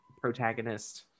protagonist